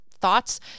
thoughts